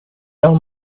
don’t